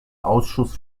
ausschuss